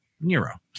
Nero